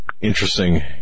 Interesting